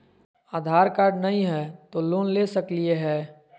आधार card नही हय, तो लोन ले सकलिये है?